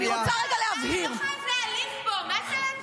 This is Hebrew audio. לא חייב להעליב פה, מה זה הצורה הזאת?